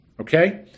Okay